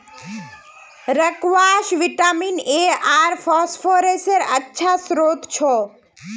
squash vitamin A आर फस्फोरसेर अच्छा श्रोत छ